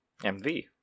MV